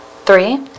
Three